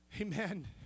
Amen